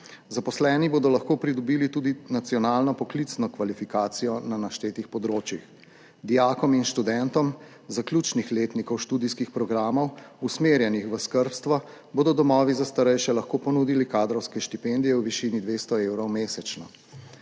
Zaposleni bodo lahko pridobili tudi nacionalno poklicno kvalifikacijo na naštetih področjih. Dijakom in študentom zaključnih letnikov študijskih programov, usmerjenih v skrbstvo, bodo domovi za starejše lahko ponudili kadrovske štipendije v višini 200 evrov mesečno.